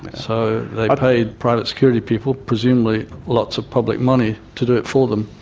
so they paid private security people presumably lots of public money to do it for them.